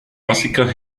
básicas